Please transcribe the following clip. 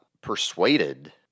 persuaded